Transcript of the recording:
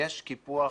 יש קיפוח